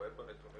רואה בנתונים